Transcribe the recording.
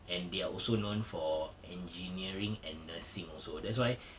and they are also known for engineering and nursing also that's why